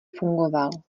fungoval